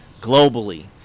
globally